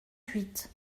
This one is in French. huit